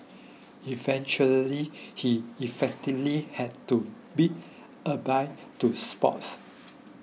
eventually he effectively had to bid adieu to sports